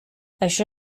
això